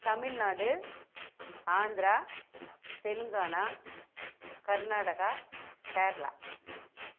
Tamil Nadu Andhra Telangana Karnataka Kerala